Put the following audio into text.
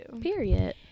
Period